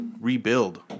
rebuild